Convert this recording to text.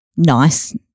nice